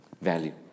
Value